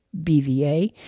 BVA